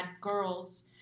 girls